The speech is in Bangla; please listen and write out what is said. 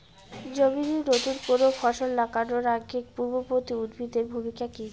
জমিতে নুতন কোনো ফসল লাগানোর আগে পূর্ববর্তী উদ্ভিদ এর ভূমিকা কি?